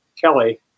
Kelly